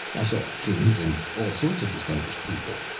i saw kings and all sorts of distinguished people.